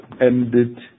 ended